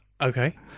Okay